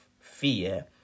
fear